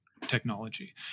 Technology